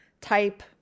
type